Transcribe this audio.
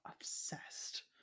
Obsessed